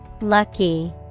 Lucky